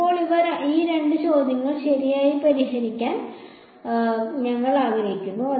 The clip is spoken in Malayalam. ഇപ്പോൾ ഈ രണ്ട് ചോദ്യങ്ങൾ ശരിയായി പരിഹരിക്കാൻ ഞങ്ങൾ ആഗ്രഹിക്കുന്നു